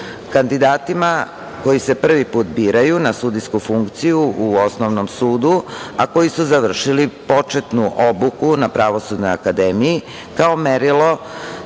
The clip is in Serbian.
Beogradu. Kandidatima koji se prvi put biraju na sudijsku funkciju u osnovnom sudu, a koji su završili početnu obuku na Pravosudnoj akademiji, kao merilo